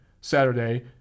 Saturday